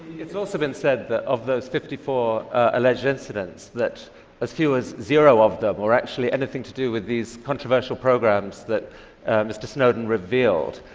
it's also been said that, of those fifty four alleged incidents, that as few as zero of them were actually anything to do with these controversial programs that mr. snowden revealed,